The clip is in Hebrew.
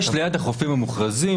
יש ליד החופים המוכרזים,